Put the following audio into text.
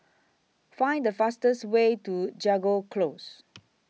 Find The fastest Way to Jago Close